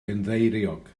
gynddeiriog